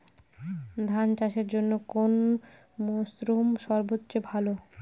ধান চাষের জন্যে কোন মরশুম সবচেয়ে ভালো?